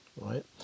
right